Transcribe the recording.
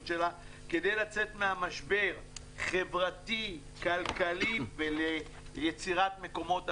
שלה כדי לצאת מהמשבר חברתית כלכלית וליצירת מקומות עבודה.